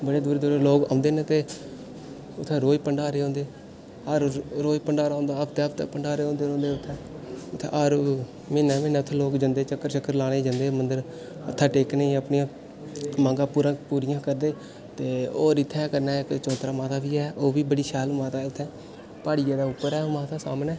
बड़े दूरा दूरा लोक औंदे न ते उत्थें रोज भंडारे होंदे हर रोज़ भंडारा होंदा हफ्ते हफ्ते भंडारे होंदे रौंह्दे उत्थें हर म्हीनै म्हीनै लोक जंदे चक्कर लानै गी जंदे मंदर मत्था टेकने गी अपने मंगां पूरियां करदे होर इत्थें कन्नै इक चौंतरा माता बी ऐ ओह् बी बड़ी शैल माता ऐ उत्थें प्हाड़ियै दे उप्पर ओह् माता सामनै